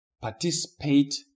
participate